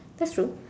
that's true